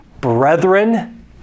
brethren